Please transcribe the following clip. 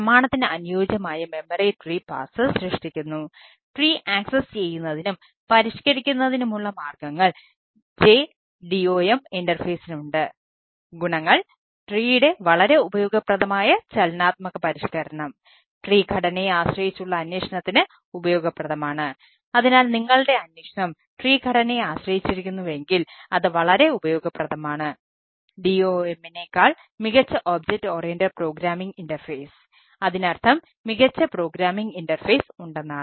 പ്രമാണത്തിന് അനുയോജ്യമായ memory tree ഉണ്ടെന്നാണ്